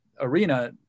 arena